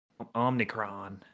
Omnicron